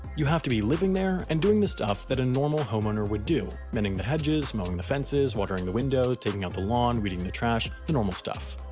you have to be living there and doing the stuff that a normal homeowner would do mending the hedges, mowing the fences, watering the windows, taking out the lawn, weeding the trash, the normal stuff.